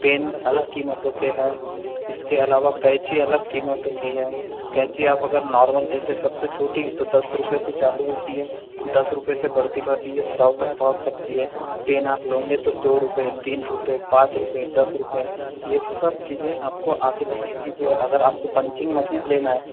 pen अलग कीमतों के हैं इसके अलावा कैंची अलग कीमतों की है कैंची अगर आप नॉर्मल लेते हैं सबसे छोटी तो दस रुपए से चालू होती है दस रुपए से बढ़ती बढ़ती ये सौ तक पहुँच सकती है पेन आप लोगे तो दो रुपए तीन रुपए पाँच रुपए दस रुपए ये सब चीज़े आपको आगे तक की चीज़ें अगर आपको पंचिंग मशीन लेना हैं